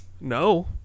No